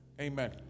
Amen